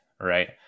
right